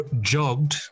jogged